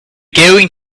going